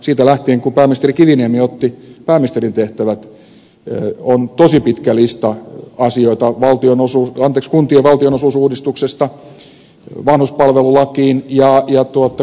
siitä lähtien kun pääministeri kiviniemi otti pääministerin tehtävät on ollut tosi pitkä lista asioita kuntien valtionosuusuudistuksesta vanhuspalvelulakiin ja tuntijakouudistukseen ja niin edelleen